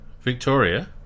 Victoria